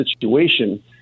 situation